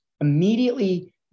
immediately